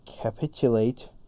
Capitulate